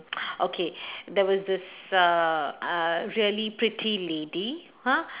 okay there was this err uh really pretty lady !huh!